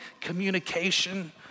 communication